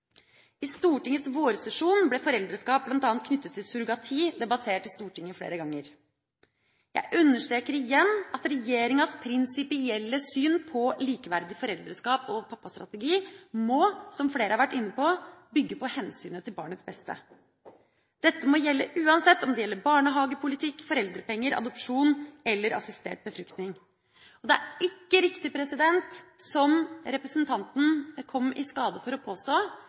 I Stortingets vårsesjon ble foreldreskap bl.a. knyttet til surrogati debattert i Stortinget flere ganger. Jeg understreker igjen at regjeringas prinsipielle syn på likeverdig foreldreskap og pappastrategi må, som flere har vært inne på, bygge på hensynet til barnets beste. Dette må gjelde uansett om det handler om barnehagepolitikk, foreldrepenger, adopsjon eller assistert befruktning. Det er ikke riktig, som representanten kom i skade for å påstå,